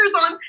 on